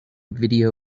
video